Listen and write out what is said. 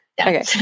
Okay